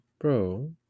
bro